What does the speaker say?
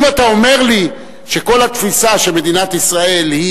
אם אתה אומר לי שכל התפיסה של מדינת ישראל היא